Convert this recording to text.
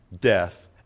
death